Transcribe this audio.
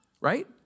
right